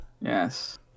Yes